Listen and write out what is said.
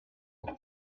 there